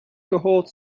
cohort